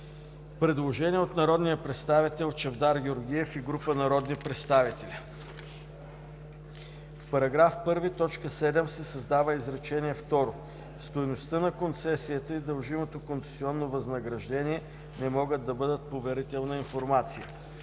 предложение от народния представител Чавдар Георгиев и група народни представители: В § 1, т. 7 се създава изречение второ: „Стойността на концесията и дължимото концесионно възнаграждение не могат да бъдат поверителна информация.“